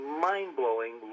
mind-blowing